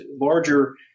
larger